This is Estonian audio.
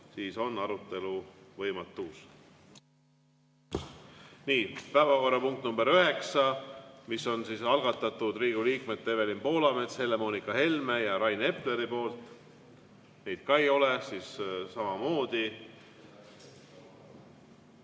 siis on arutelu võimatus. Päevakorrapunkt nr 9 , mis on algatatud Riigikogu liikmete Evelin Poolametsa, Helle-Moonika Helme ja Rain Epleri poolt. Neid ka ei ole, samamoodi